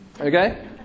Okay